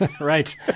right